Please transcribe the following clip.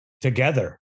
together